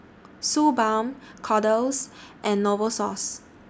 Suu Balm Kordel's and Novosource